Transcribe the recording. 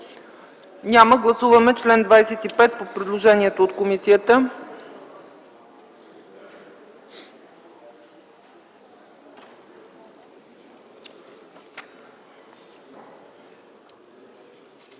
Няма. Гласуваме чл. 25 по предложението на комисията.